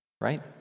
Right